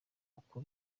uko